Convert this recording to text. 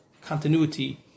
continuity